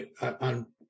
On